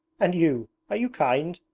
and you! are you kind